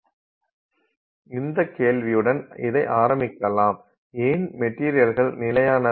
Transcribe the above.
இந்த கேள்வியுடன் இதை ஆரம்பிக்கலாம் ஏன் மெட்டீரியல்கள் நிலையானவை